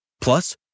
Plus